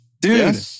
dude